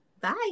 Bye